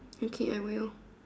okay I will